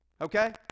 Okay